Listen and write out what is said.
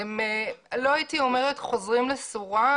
לא הייתי אומרת חוזרים לסורם,